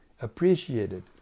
appreciated